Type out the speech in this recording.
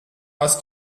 aus